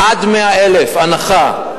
עד 100,000 הנחה,